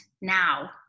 now